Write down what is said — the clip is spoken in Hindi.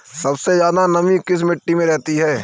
सबसे ज्यादा नमी किस मिट्टी में रहती है?